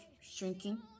shrinking